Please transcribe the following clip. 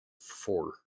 four